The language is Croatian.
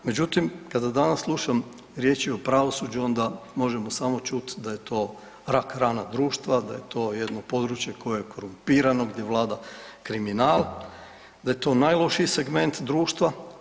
Međutim, kada danas slušam riječi o pravosuđu onda možemo samo čut da je to rak rana društva, da je to jedno područje koje je korumpirano, gdje vlada kriminal, da je to najlošiji segment društva.